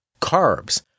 Carbs